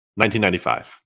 1995